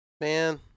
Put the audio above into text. Man